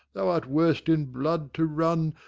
that art worst in blood to run,